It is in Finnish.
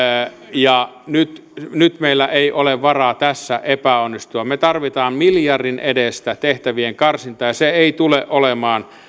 ja nyt nyt meillä ei ole varaa tässä epäonnistua me tarvitsemme miljardin edestä tehtävien karsintaa ja se ei tule olemaan